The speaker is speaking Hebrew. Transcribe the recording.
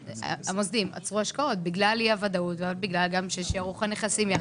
המוסדיים עצרו השקעות גם בגלל אי הוודאות וגם בגלל ששערוך הנכסים ירד.